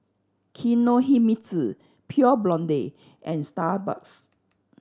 Kinohimitsu Pure Blonde and Starbucks